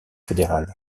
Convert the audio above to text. fédéral